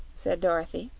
said dorothy.